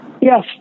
Yes